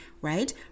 right